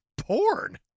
porn